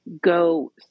go